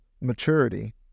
maturity